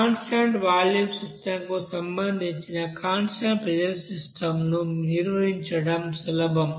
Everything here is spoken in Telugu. కాన్స్టాంట్ వాల్యూమ్ సిస్టం కు సంబంధించి కాన్స్టాంట్ ప్రెజర్ సిస్టం ను నిర్వహించడం సులభం